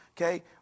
okay